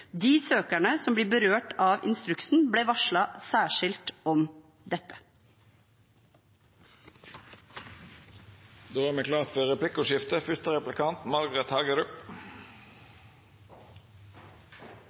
De søkerne som ble berørt av instruksen, ble varslet særskilt om